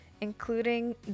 including